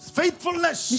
faithfulness